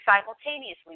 simultaneously